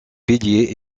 piliers